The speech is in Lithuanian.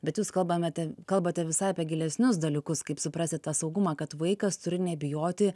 bet jūs kalbamate kalbate visai apie gilesnius dalykus kaip suprasti tą saugumą kad vaikas turi nebijoti